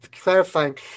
clarifying